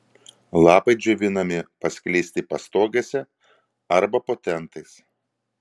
lapai džiovinami paskleisti pastogėse arba po tentais